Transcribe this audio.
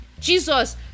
jesus